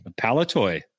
Palatoy